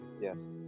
Yes